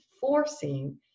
forcing